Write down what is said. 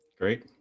Great